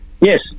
Yes